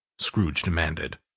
scrooge demanded.